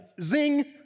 zing